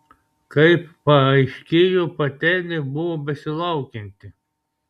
kaip paaiškėjo patelė buvo besilaukianti